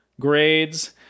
grades